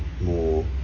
more